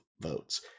votes